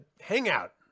Hangout